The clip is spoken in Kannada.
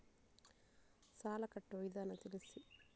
ಸಾಲ ಕಟ್ಟುವ ವಿಧಾನ ತಿಳಿಸಿ?